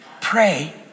Pray